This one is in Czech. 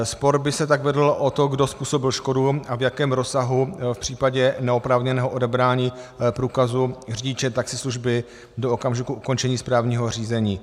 Spor by se tak vedl o to, kdo způsobil škodu a v jakém rozsahu v případě neoprávněného odebrání průkazu řidiče taxislužby do okamžiku ukončení správního řízení.